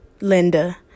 linda